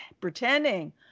pretending